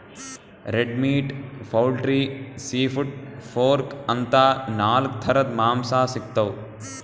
red meat, poultry, seafood, pork ಅಂತಾ ನಾಲ್ಕ್ ಥರದ್ ಮಾಂಸಾ ಸಿಗ್ತವ್